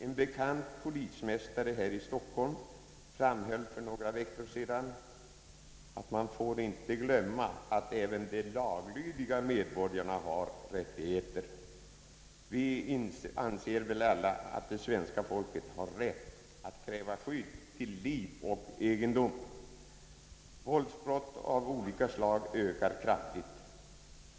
En bekant polismästare — här i Stockholm — framhöll för några veckor sedan att »man får inte glömma att även de laglydiga medborgarna har rättigheter». Vi anser väl alla att svenska folket har rätt att kräva skydd till liv och egendom. Antalet våldsbrott av olika slag ökar kraftigt.